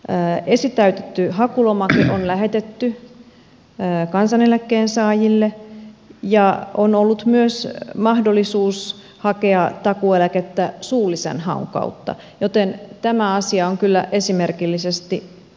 esitäytetty hakulomake on lähetetty kansaneläkkeen saajille ja on ollut myös mahdollisuus hakea takuueläkettä suullisen haun kautta joten tämä asia on kyllä esimerkillisesti hoidettu